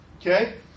Okay